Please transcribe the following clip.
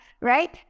right